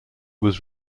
was